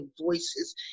voices